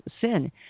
sin